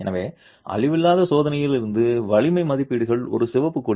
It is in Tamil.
எனவே அழிவில்லாத சோதனையிலிருந்து வலிமை மதிப்பீடுகள் ஒரு சிவப்புக் கொடி